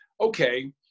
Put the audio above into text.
okay